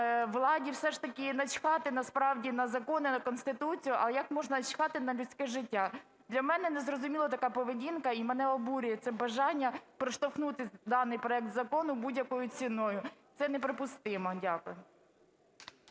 владі все ж таки начхати, справді, на закони, на Конституцію. А як можна чхати на людське життя? Для мене незрозуміла така поведінка, і мене обурює це бажання проштовхнути даний проект закону будь-якою ціною. Це неприпустимо. Дякую.